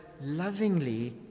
lovingly